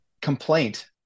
complaint